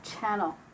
channel